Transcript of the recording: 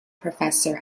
professor